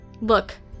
Look